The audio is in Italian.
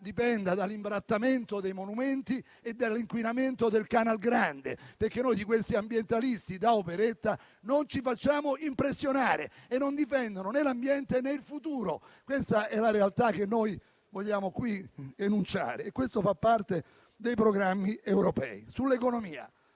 dipenda dall'imbrattamento dei monumenti e dall'inquinamento del Canal Grande. Noi da questi ambientalisti da operetta non ci facciamo impressionare, visto che non difendono né l'ambiente né il futuro. Questa è la realtà che vogliamo qui enunciare e questo fa parte dei programmi europei. Quanto all'economia,